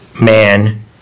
man